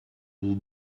will